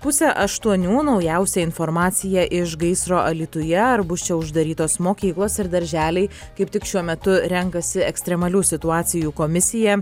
pusę aštuonių naujausia informacija iš gaisro alytuje ar bus čia uždarytos mokyklos ir darželiai kaip tik šiuo metu renkasi ekstremalių situacijų komisija